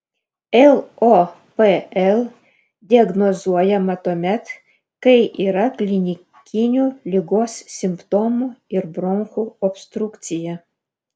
lopl diagnozuojama tuomet kai yra klinikinių ligos simptomų ir bronchų obstrukcija